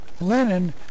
Lenin